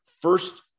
first